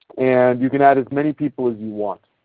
and you can add as many people as you want.